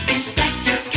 Inspector